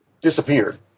disappeared